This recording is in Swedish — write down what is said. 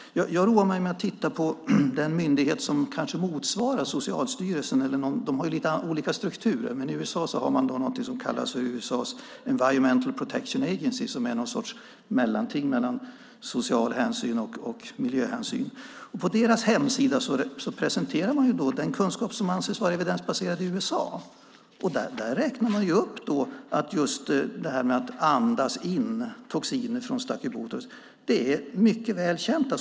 Jag roade mig med att titta på den myndighet som kanske motsvarar Socialstyrelsen, fastän de har lite olika strukturer. I USA har man någonting som kallas för United States Environmental Protection Agency som arbetar med det som är någon sorts mellanting mellan sociala hänsyn och miljöhänsyn. På dess hemsida presenterar man den kunskap som anses vara evidensbaserad i USA. Där säger man att detta med att andas in toxiner från stachybotrys är mycket väl känt.